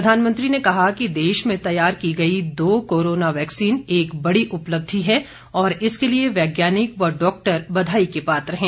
प्रधानमंत्री ने कहा कि देश में तैयार की गई दो कोरोना वैक्सीन एक बड़ी उपलब्धी है और इसके लिए वैज्ञानिक व डॉक्टर बधाई के पात्र हैं